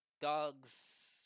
dogs